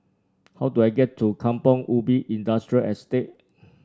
how do I get to Kampong Ubi Industrial Estate